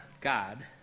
God